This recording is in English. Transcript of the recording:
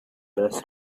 less